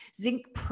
Zinc